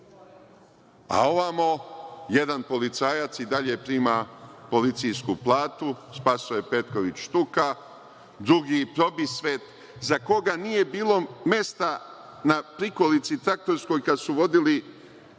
a ovamo jedan policajac i dalje prima policijsku platu Spasoje Petković Štuka drugi probisvet za koga nije bilo mesta na prikolici traktorskoj kada su vodili